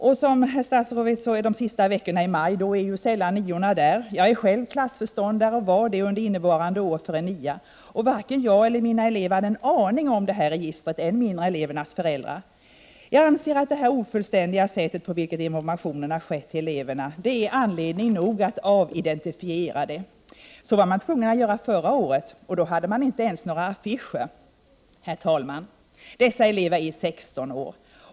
Herr statsrådet vet ju hur det är i skolorna de sista veckorna i maj — då är sällan ”niorna” där. Jag är själv klassföreståndare och var det innevarande år för en nionde klass. Varken jag eller mina elever och än mindre elevernas föräldrar hade en aning om det här registret. Jag anser att det ofullständiga sätt på vilket informationen till eleverna har skett är anledning nog att avidentifiera registret. Så var man tvungen att göra förra året. Då hade man inte ens några affischer. Herr talman! Dessa elever är 16 år.